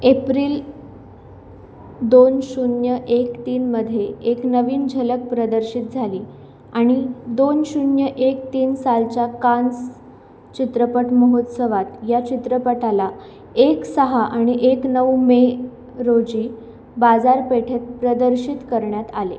April दोन शून्य एक तीनमध्ये एक नवीन झलक प्रदर्शित झाली आणि दोन शून्य एक तीन सालच्या कान्स्स् चित्रपट महोत्सवात या चित्रपटाला एक सहा आणि एक नऊ मे रोजी बाजारपेठेत प्रदर्शित करण्यात आले